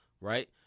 Right